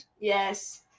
Yes